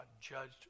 judged